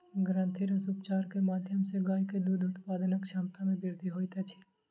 ग्रंथिरस उपचार के माध्यम सॅ गाय के दूध उत्पादनक क्षमता में वृद्धि होइत अछि